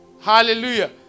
Hallelujah